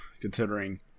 considering